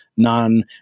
Non